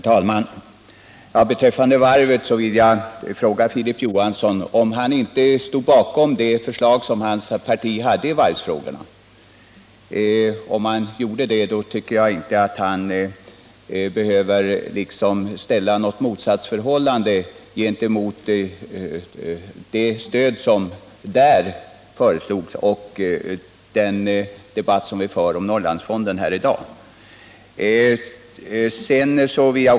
Herr talman! Beträffande varven vill jag fråga Filip Johansson om han inte stod bakom det förslag som hans parti hade i varvsfrågan. Om han gjorde det tycker jag inte att han behöver markera något motsatsförhållande mellan det stöd som där föreslogs och den debatt som vi i dag för om Norrlandsfonden.